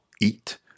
eat